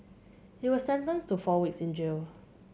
he was sentenced to four weeks in jail